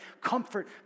comfort